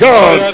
God